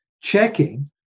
checking